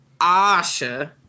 Asha